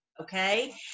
okay